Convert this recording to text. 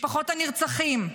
משפחות הנרצחים,